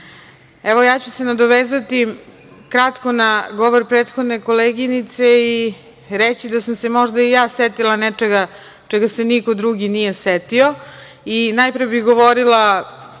ja ću se nadovezati kratko na govor prethodne koleginice i reći da sam se možda i ja setila nečega čega se niko drugi nije setio. Najpre bih govorila